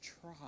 try